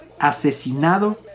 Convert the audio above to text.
asesinado